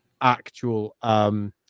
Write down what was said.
actual